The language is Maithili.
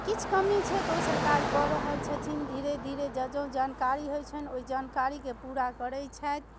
किछु कमी छै तऽ ओ सरकार कए रहल छथिन धीरे धीरे जँ जँ जानकारी होइ छनि ओइ जानकारीके पूरा करय छथि